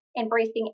embracing